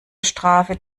strafe